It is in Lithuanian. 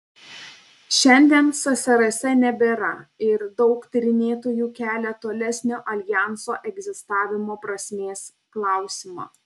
šiandien ssrs nebėra ir daug tyrinėtojų kelia tolesnio aljanso egzistavimo prasmės klausimą